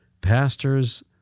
Pastors